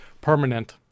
permanent